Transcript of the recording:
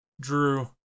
Drew